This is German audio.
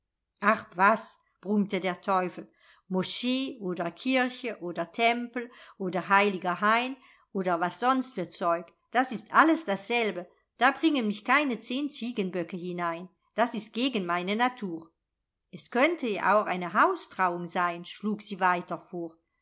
ach was brummte der teufel moschee oder kirche oder tempel oder heiliger hain oder was sonst für zeug das ist alles dasselbe da bringen mich keine zehn ziegenböcke hinein das ist gegen meine natur es könnte ja auch eine haustrauung sein schlug sie weiter vor